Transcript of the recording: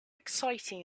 exciting